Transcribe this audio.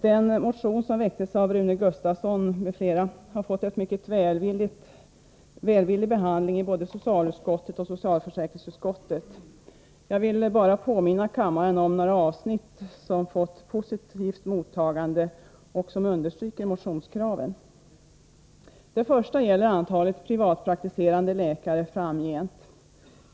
Den motion som väcktes av Rune Gustavsson m.fl. har fått en mycket välvillig behandling i både socialutskottet och socialförsäkringsutskottet. Jag vill bara påminna kammaren om några avsnitt som fått positivt mottagande och som understryker motionskraven. Det första gäller antalet privatpraktiserande läkare framgent.